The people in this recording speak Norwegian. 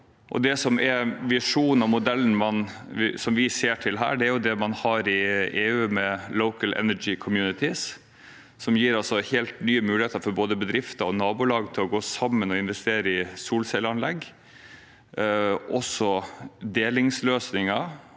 Visjonen og modellen som vi ser til her, er det man har i EU, med «Local Energy Communities», som gir helt nye muligheter for både bedrifter og nabolag til å gå sammen og investere i solcelleanlegg, delingsløsninger